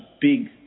big